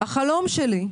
החלום שלי,